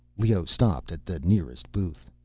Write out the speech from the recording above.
leoh stopped at the nearer booth.